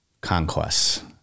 conquests